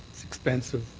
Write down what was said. it's expensive,